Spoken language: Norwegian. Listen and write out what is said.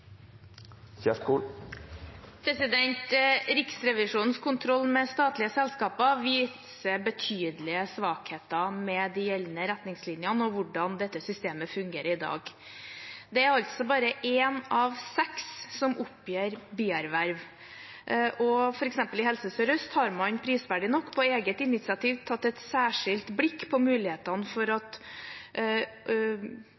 Riksrevisjonens kontroll av statlige selskaper viser betydelige svakheter ved de gjeldende retningslinjene og hvordan dette systemet fungerer i dag. Det er bare én av seks som oppgir bierverv. For eksempel i Helse Sør-Øst har man prisverdig nok på eget initiativ hatt et særskilt blikk på mulighetene for